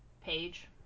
page